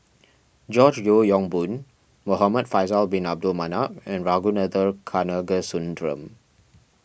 George Yeo Yong Boon Muhamad Faisal Bin Abdul Manap and Ragunathar Kanagasuntheram